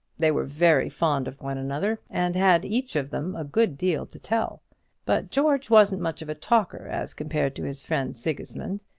they were very fond of one another, and had each of them a good deal to tell but george wasn't much of a talker as compared to his friend sigismund.